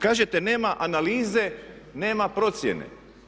Kažete nema analize, nema procjene.